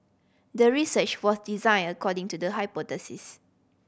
the research was designed according to the hypothesis